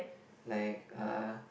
like uh